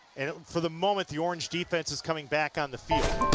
and for them all with your inch defense is coming back on the field